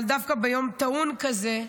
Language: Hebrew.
אבל דווקא ביום טעון כזה,